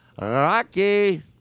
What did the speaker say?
Rocky